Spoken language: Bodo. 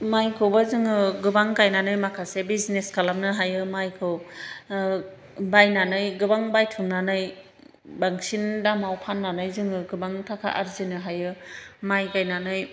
माइखौबो जोङो गोबां गाइनानै माखासे बिजनेस खालामनो हायो माइखौ बायनानै गोबां बायथुमनानै बांसिन दामआव फाननानै जोङो गोबां थाखा आरजिनो हायो माइ गायनानै